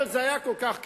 אבל זה היה כל כך קשה.